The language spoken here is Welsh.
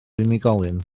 unigolyn